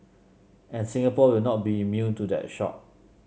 and Singapore will not be immune to that shock